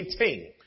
18